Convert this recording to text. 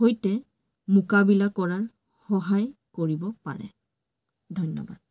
সৈতে মোকাবিলা কৰাৰ সহায় কৰিব পাৰে ধন্যবাদ